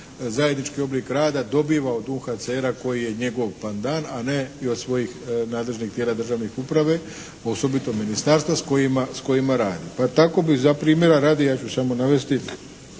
zajednički oblik rada dobiva od UNHCR-a koji je njegov pandan a ne i od svojih nadležnih tijela državne uprave, osobito ministarstva s kojima radi. Pa tako bi za primjera radi, ja ću samo navesti